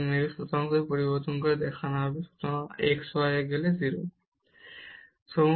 মেরু স্থানাঙ্ক পরিবর্তন করে দেখানো হবে অথবা সরাসরি এখানে xy 0 তে যাবে